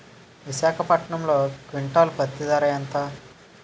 విశాఖపట్నంలో క్వింటాల్ పత్తి ధర ఎంత?